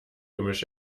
gemisch